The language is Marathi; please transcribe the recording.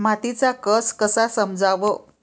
मातीचा कस कसा समजाव?